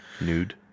nude